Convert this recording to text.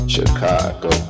Chicago